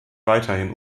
weiterhin